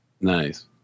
Nice